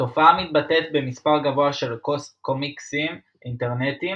התופעה מתבטאת במספר גבוה של קומיקסים אינטרנטיים,